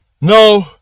no